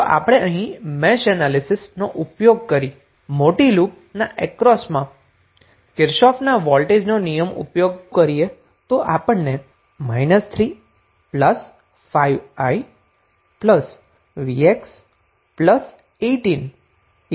તો આપણે અહીં મેશ એનાલીસીસ નો ઉપયોગ કરી અને મોટી લૂપ ના અક્રોસમાં કિર્ચોફનો વોલ્ટેજનો નિયમ Kirchhoff's voltage law લાગુ કરીએ તો આપણને −3 5i vx 18 0 મળે છે